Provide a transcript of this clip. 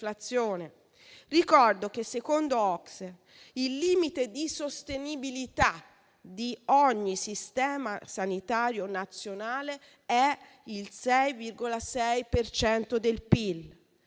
Ricordo che secondo l'OCSE il limite di sostenibilità di ogni sistema sanitario nazionale è il 6,6 per